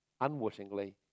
unwittingly